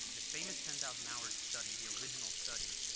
the famous ten thousand hour study, the original study,